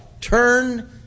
turn